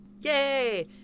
Yay